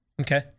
Okay